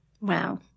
Wow